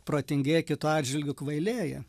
protingėja kitu atžvilgiu kvailėja